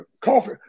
coffee